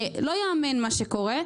לא ייאמן מה שקורה.